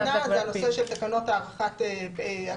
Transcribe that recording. בוועדת הקורונה זה הנושא של תקנות הגבלת פעילות.